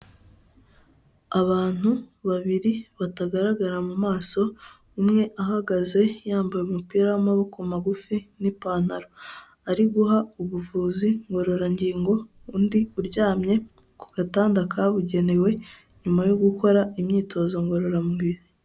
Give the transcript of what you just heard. Abantu babiri batagaragara mu maso, umwe ahagaze yambaye umupira w'amaboko magufi n'ipantaro ari guha ubuvuzi ngororangingo undi uryamye ku gatanda kabugenewe nyuma yo gukora imyitozo ngororamubiri.